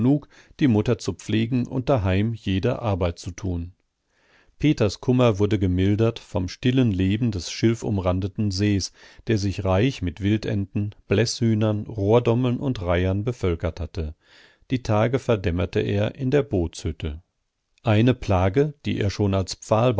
die mutter zu pflegen und daheim jede arbeit zu tun peters kummer wurde gemildert vom stillen leben des schilfumrandeten sees der sich reich mit wildenten bläßhühnern rohrdommeln und reihern bevölkert hatte die tage verdämmerte er in der bootshütte eine plage die er schon als